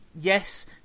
Yes